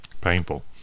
Painful